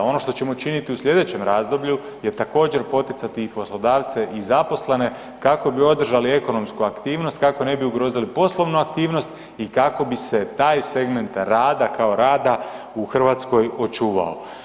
Ono što ćemo činiti u slijedećem razdoblju je također poticati i poslodavce i zaposlene kako bi održali ekonomsku aktivnost kako ne bi ugrozili poslovnu aktivnost i kako bi se taj segment rada kao rada u Hrvatskoj očuvao.